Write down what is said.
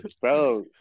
Bro